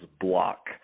block